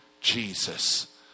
Jesus